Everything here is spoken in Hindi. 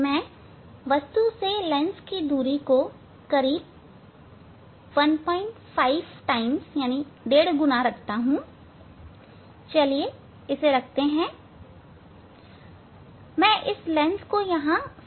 मैं वस्तु से लेंस की दूरी को करीब 15 गुना रखता हूं चलिए मैं इसे रखता हूं